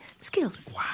skills